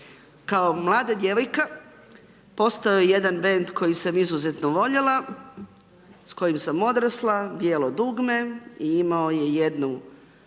Kao mlada djevojka postojao je jedan bend kojeg sam mnogo voljela, s kojim sam odrasla Bijelo dugme i imao je jednu